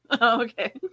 Okay